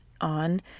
on